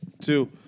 two